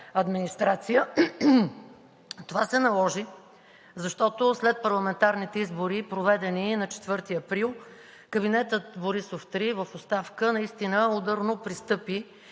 администрация. Това се наложи, защото след парламентарните избори, проведени на 4 април, кабинетът „Борисов 3“ в оставка наистина ударно пристъпи